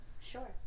Sure